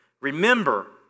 Remember